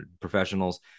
professionals